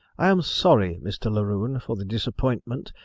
i am sorry, mr. laroon, for the disappointment,